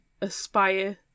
aspire